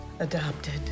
Adopted